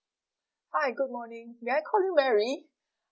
hi good morning may I call you mary